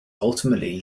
ultimately